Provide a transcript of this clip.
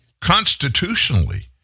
constitutionally